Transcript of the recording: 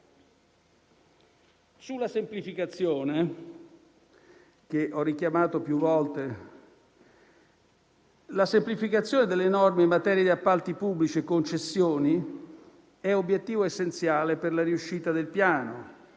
La semplificazione delle norme in materia di appalti pubblici e concessioni è un obiettivo essenziale per la riuscita del Piano